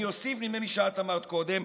אני אוסיף, נדמה לי שאת אמרת קודם,